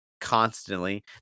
constantly